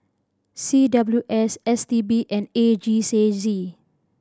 C W S S T B and A G Z C